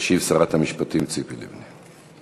תשיב שרת המשפטים ציפי לבני.